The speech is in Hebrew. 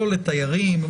לא לתיירים.